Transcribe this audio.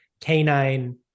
canine